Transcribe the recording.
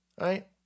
Right